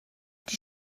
die